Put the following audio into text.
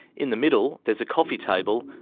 in the middle there's a coffee table,